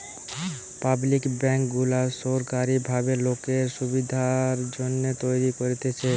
public bank গুলা সোরকারী ভাবে লোকের সুবিধার জন্যে তৈরী করতেছে